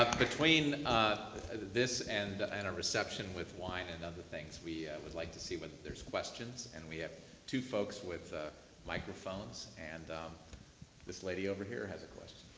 ah between this and and reception with wine and other things, we would like to see whether there's questions. and we have two folks with ah microphones, and this lady over here has a question.